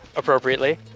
appropriately.